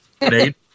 Nate